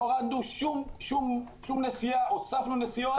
הורדנו שום נסיעה אלא הוספנו נסיעות.